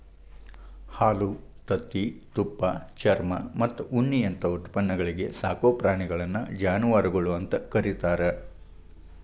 ಹಾಲು, ತತ್ತಿ, ತುಪ್ಪ, ಚರ್ಮಮತ್ತ ಉಣ್ಣಿಯಂತ ಉತ್ಪನ್ನಗಳಿಗೆ ಸಾಕೋ ಪ್ರಾಣಿಗಳನ್ನ ಜಾನವಾರಗಳು ಅಂತ ಕರೇತಾರ